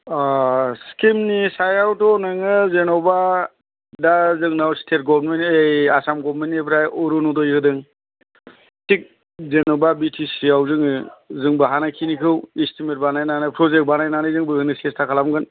अ scheme नि सायावथ' नोङो जेनेबा दा जोंनाव स्टेट गभर्नमेन्ट ओइ आसाम गभर्नमेन्ट निफ्राय अरुनुद'य होदों थिग जेनेबा बिटिसि आव जोंङो जोंबो हानाय खिनिखौ एस्टिमेट बानायनानै प्रजेक्ट बानायनानै जोंबो होनो सेस्ता खालामगोन